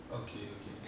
okay okya